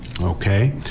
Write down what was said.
Okay